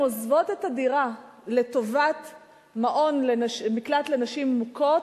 עוזבות את הדירה לטובת מקלט לנשים מוכות,